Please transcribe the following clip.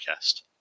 podcast